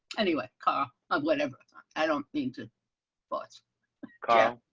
anyway, caught up whenever i don't mean to but carl